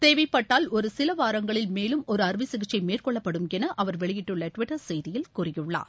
தேவைப்பட்டால் ஒரு சில வாரங்களில் மேலும் ஒரு அறுவை சிகிச்சை மேற்கொள்ளப்படும் என அவர் வெளியிட்டுள்ள டுவிட்டர் செய்தியில் கூறியுள்ளார்